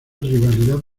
rivalidad